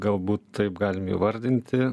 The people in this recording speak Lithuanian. galbūt taip galim įvardinti